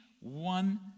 one